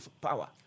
power